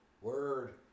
Word